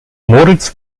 moritz